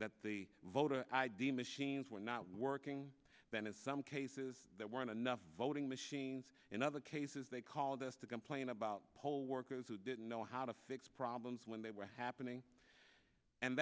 that the voter i d machines were not working then as some cases that weren't enough voting machines in other cases they called us to complain about poll workers who didn't know how to fix problems when they were happening and